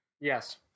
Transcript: Yes